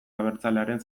abertzalearen